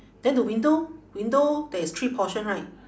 then the window window there is three portion right